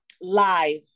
live